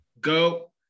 Go